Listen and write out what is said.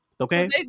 Okay